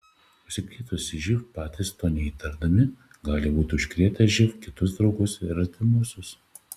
užsikrėtusieji živ patys to neįtardami gali būti užkrėtę živ kitus draugus ir artimuosius